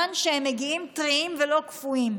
שכמובן מגיעים טריים" ולא קפואים.